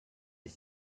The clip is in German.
ich